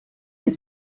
est